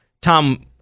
Tom